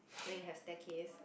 then you have staircase